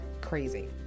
crazy